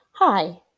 Hi